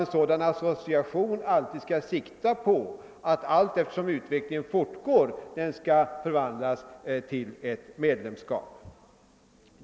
En sådan association skulle också sikta på att anslutningen, allteftersom utvecklingen fortgår, skall förvandlas till ett medlemskap.